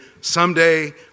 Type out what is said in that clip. someday